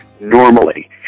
normally